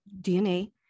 DNA